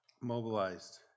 mobilized